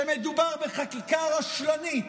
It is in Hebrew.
שמדובר בחקיקה רשלנית,